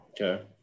okay